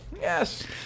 Yes